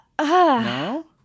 no